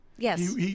yes